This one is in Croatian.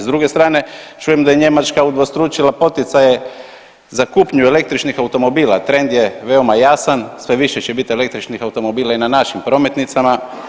S druge strane čujem da je Njemačka udvostručila poticaje za kupnju električnih automobila, trend je veoma jasan sve više će biti električnih automobila i na našim prometnicama.